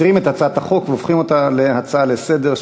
מסירים את הצעת החוק והופכים אותה להצעה לסדר-היום,